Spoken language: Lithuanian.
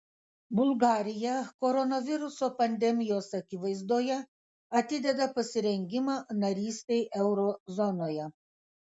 bulgarija koronaviruso pandemijos akivaizdoje atideda pasirengimą narystei euro zonoje